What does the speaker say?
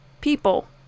people